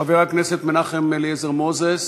חבר הכנסת מנחם אליעזר מוזס,